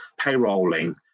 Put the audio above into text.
payrolling